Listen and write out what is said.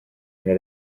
ntara